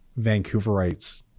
Vancouverites